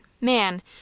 man